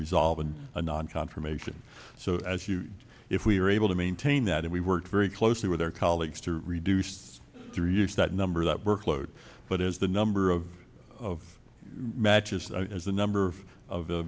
resolve and a non confirmation so as you know if we are able to maintain that if we work very closely with our colleagues to reduce three years that number that workload but as the number of of matches as the number of